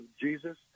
Jesus